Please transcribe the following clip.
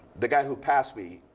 the guy who passed me,